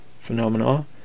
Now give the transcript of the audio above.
phenomena